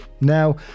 now